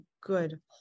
good